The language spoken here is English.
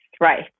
right